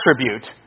attribute